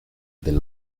del